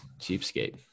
cheapskate